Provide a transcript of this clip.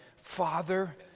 Father